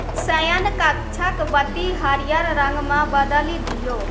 शयनकक्षक बत्ती हरियर रङ्गमे बदलि दियौ